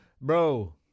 Bro